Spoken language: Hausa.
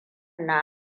na